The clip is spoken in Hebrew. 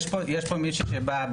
יש פה מישהי שבאה,